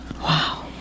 Wow